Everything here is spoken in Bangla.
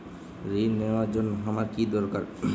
ঋণ নেওয়ার জন্য আমার কী দরকার?